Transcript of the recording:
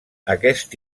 aquest